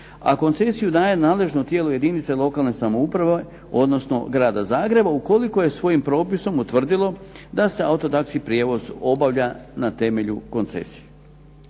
a koncesiju daje nadležno tijelo jedinica lokalne samouprave, odnosno Grada Zagreba ukoliko je svojim propisom utvrdilo da se auto taxi prijevoz obavlja na temelju koncesije.